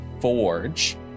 forge